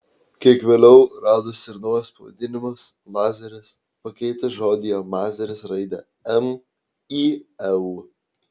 kiek vėliau radosi ir naujas pavadinimas lazeris pakeitus žodyje mazeris raidę m į l